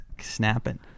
snapping